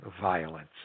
violence